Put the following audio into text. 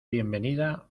bienvenida